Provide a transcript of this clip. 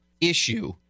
issue